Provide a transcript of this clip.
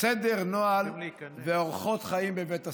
סדר נוהל ואורחות חיים בבית הספר.